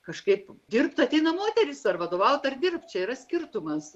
kažkaip dirbti ateina moterys ar vadovaut ar dirbt čia yra skirtumas